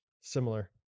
Similar